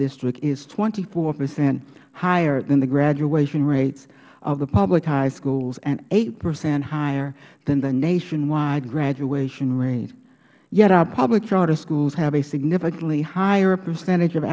district is twenty four percent higher than the graduation rate of the public high schools and eight percent higher than the nationwide graduation rate yet our public charter schools have a significantly higher percentage of